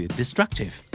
destructive